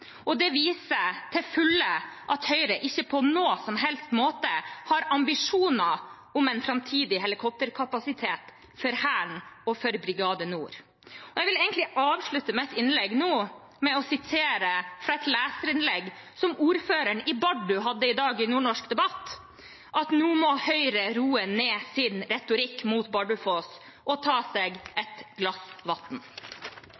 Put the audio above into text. Det viser til fulle at Høyre ikke på noen som helst måte har ambisjoner om en framtidig helikopterkapasitet for Hæren og for Brigade Nord. Jeg vil avslutte mitt innlegg nå med å sitere fra et leserinnlegg som ordføreren i Bardu hadde i dag i Nordnorsk debatt, der det står at nå må Høyre roe ned sin retorikk mot Bardufoss og ta seg